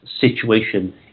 situation